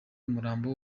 umurambo